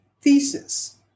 thesis